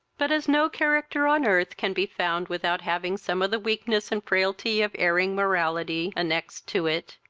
but, as no character on earth can be found without having some of the weakness and frailty of erring mortality annexed to it,